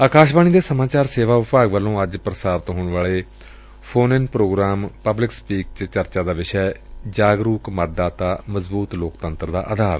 ਆਕਾਸ਼ਵਾਣੀ ਦੇ ਸਮਾਚਾਰ ਸੇਵਾ ਵਿਭਾਗ ਵੱਲੋਂ ਅੱਜ ਪ੍ਰਸਾਰਿਤ ਹੋਣ ਵਾਲੇ phone in programme public speak ਚ ਚਰਚਾ ਦਾ ਵਿਸ਼ਾ ਏ ਜਾਗਰੁਕ ਮਤਦਾਤਾ ਮਜ਼ਬੁਤ ਲੋਕਤੰਤਰ ਦਾ ਆਧਾਰ